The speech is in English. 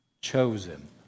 Chosen